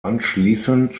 anschließend